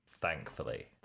Thankfully